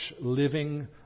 living